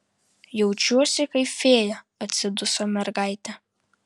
jaučiuosi kaip fėja atsiduso mergaitė